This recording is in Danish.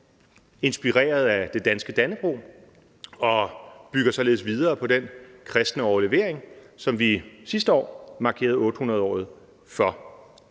inspireret af det danske Dannebrog og bygger således videre på den kristne overlevering, som vi sidste år markerede 800-året for.